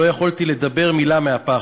שלא יכולתי לדבר מילה מהפחד".